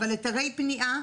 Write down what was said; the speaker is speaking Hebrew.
אבל אתרי בנייה,